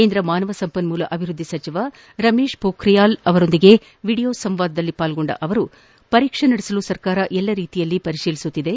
ಕೇಂದ್ರ ಮಾನವ ಸಂಪನ್ಮೂಲ ಅಭಿವ್ಯದ್ದಿ ಸಚಿವ ರಮೇಶ್ ಪೊಖ್ರಿಯಾಲ್ ಅವರೊಂದಿಗೆ ವಿಡಿಯೋ ಸಂವಾದದಲ್ಲಿ ಭಾಗಿಯಾದ ಅವರು ಪರೀಕ್ಷೆ ನಡೆಸಲು ಸರ್ಕಾರ ಎಲ್ಲಾ ರೀತಿಯಲ್ಲಿ ಪರಿಶೀಲನೆ ನಡೆಸುತ್ತಿದೆ